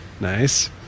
nice